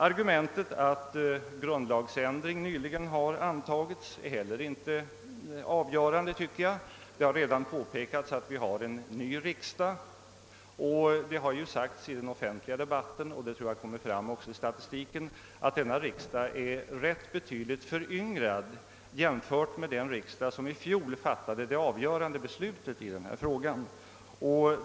Argumentet att grundlagsändring nyligen har antagits är enligt min uppfattning inte heller avgörande. Det har redan påpekats att vi har en ny riksdag. Det har sagts i den offentliga debatten — jag tror att det också kommer fram i statistiken — att denna riksdag är rätt betydligt föryngrad jämförd med den som i fjol fattade det avgörande beslutet i denna fråga.